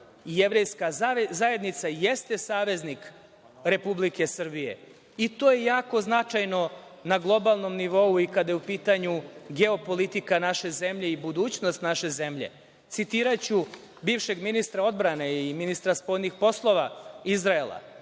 Jevrejska zajednica jesu saveznik Republike Srbije, i to je jako značajno na globalnom nivou kada je u pitanju geopolitika naše zemlje i budućnost naše zemlje. Citiraću bivšeg ministra odbrane i ministra spoljnih poslova Izraela,